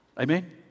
Amen